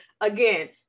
again